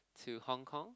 to Hong Kong